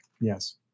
Yes